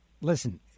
Listen